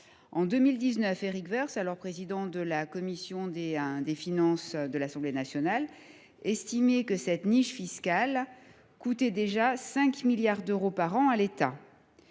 en 2019, Éric Woerth, alors président de la commission des finances de l’Assemblée nationale, estimait déjà que cette niche fiscale coûtait 5 milliards d’euros par an à l’État.